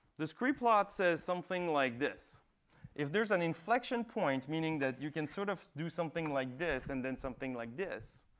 the scree plot says something like this if there's an inflection point, meaning that you can sort of do something like this and then something like this,